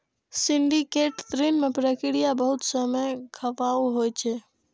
syndicate ऋण के प्रक्रिया बहुत समय खपाऊ होइ छै